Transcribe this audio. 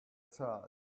child